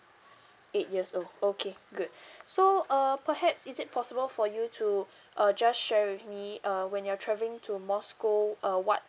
eight years old okay good so uh perhaps is it possible for you to uh just share with me uh when you are travelling to moscow uh what